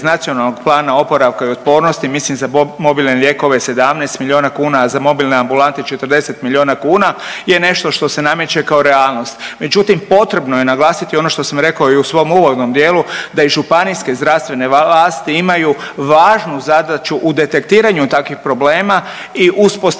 Nacionalnog plana oporavka i otpornosti mislim za mobilne lijekove 17 miliona kuna, a za mobilne ambulante 40 miliona kuna je nešto što se nameće kao realnost. Međutim, potrebno je naglasiti ono što sam rekao i u svom uvodnom dijelu da i županijske zdravstvene vlasti imaju važnu zadaću u detektiranju takvih problema i uspostavi